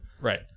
right